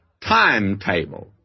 timetable